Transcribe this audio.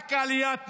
רק עליית מחירים.